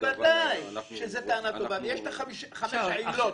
שבוודאי שזאת טענה טובה ויש לך 5 עילות.